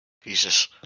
Jesus